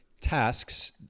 tasks